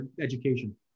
education